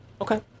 okay